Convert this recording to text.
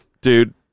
Dude